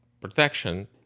protection